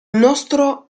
nostro